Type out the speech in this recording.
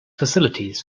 facilities